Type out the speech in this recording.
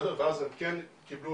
ואז הם כן קיבלו